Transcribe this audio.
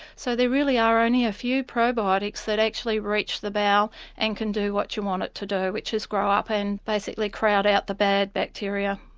so there really are only a few probiotics that actually reach the bowel and can do what you want it to do which is grow up and basically crowd out the bad bacteria.